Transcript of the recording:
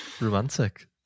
Romantic